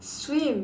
swim